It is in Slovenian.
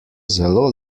zelo